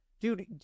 Dude